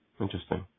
Interesting